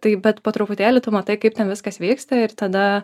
tai bet po truputėlį tu matai kaip ten viskas vyksta ir tada